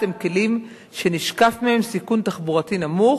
הם כלים שנשקף מהם סיכון תחבורתי נמוך,